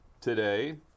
today